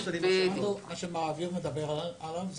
מה שמר אביר מדבר עליו זה